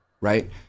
right